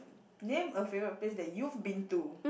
name a favourite place that you've been to